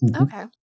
Okay